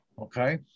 okay